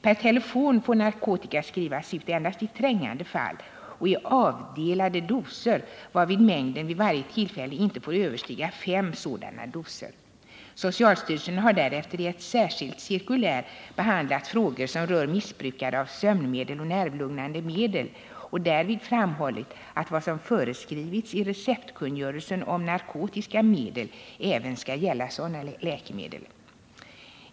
Per telefon får narkotika skrivas ut endast i trängande fall och i avdelade doser, varvid mängden vid varje tillfälle inte får överstiga fem sådana doser. Socialstyrelsen har därefter i ett särskilt cirkulär behandlat frågor som rör missbruket av sömnmedel och nervlugnande medel och därvid framhållit att vad som föreskrivits i receptkungörelsen om narkotiska medel även skall gälla sådana läkemedel.